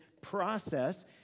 process